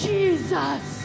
Jesus